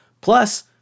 Plus